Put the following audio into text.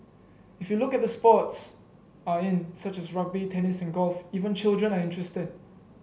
if you look at the sports are in such as rugby tennis and golf even children are interested